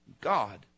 God